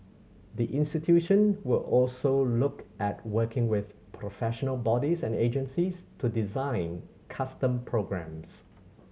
the institution will also look at working with professional bodies and agencies to design custom programmes